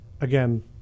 again